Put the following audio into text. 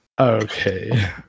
Okay